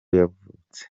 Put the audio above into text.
yavutse